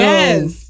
Yes